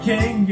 King